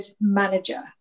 manager